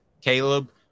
caleb